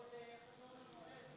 עוד חזון למועד,